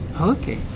okay